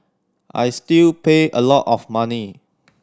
I still pay a lot of money